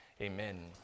Amen